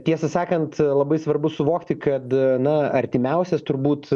tiesą sakant labai svarbu suvokti kad na artimiausias turbūt